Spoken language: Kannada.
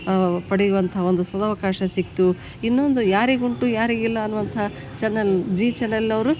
ಪಡೆಯುವಂಥ ಒಂದು ಸದವಕಾಶ ಸಿಕ್ಕಿತು ಇನ್ನೊಂದು ಯಾರಿಗುಂಟು ಯಾರಿಗಿಲ್ಲ ಅನ್ನುವಂಥ ಚನಲ್ ಜೀ ಚಾನಲ್ನವರು